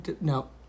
No